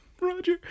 Roger